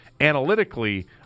Analytically